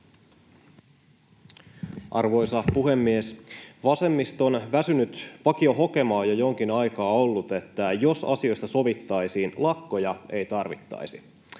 Arvoisa puhemies! Vasemmiston väsynyt vakiohokema on jo jonkin aikaa ollut, että jos asioista sovittaisiin, lakkoja ei tarvittaisi.